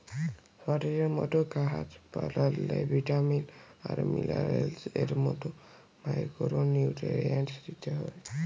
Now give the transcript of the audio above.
শরীরের মত গাহাচ পালাল্লে ভিটামিল আর মিলারেলস এর মত মাইকোরো নিউটিরিএন্টস দিতে হ্যয়